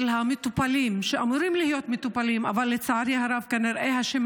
שמבקשת להתמודד עם הוולונטריות והגדלת הראש של